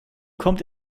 kommt